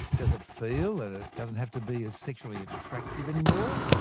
does it feel that it doesn't have to be as sexually attractive any more?